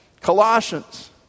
Colossians